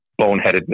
Boneheaded